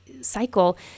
cycle